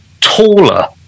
taller